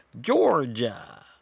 Georgia